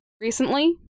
recently